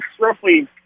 roughly –